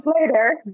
later